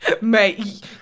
Mate